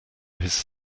his